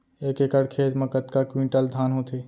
एक एकड़ खेत मा कतका क्विंटल धान होथे?